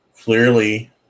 clearly